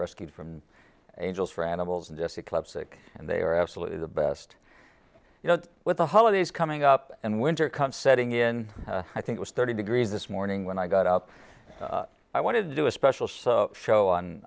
rescued from angels for animals and jesse club sick and they are absolutely the best you know with the holidays coming up and winter comes setting in i think was thirty degrees this morning when i got up i wanted to do a special show on